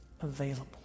available